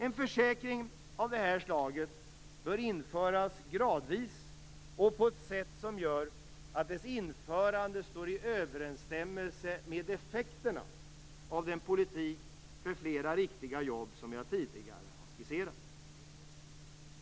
En försäkring av det här slaget bör införas gradvis och på ett sätt som gör att dess införande står i överensstämmelse med effekterna av den politik för flera riktiga jobb som jag tidigare har skisserat.